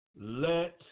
let